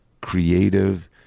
Creative